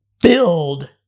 Build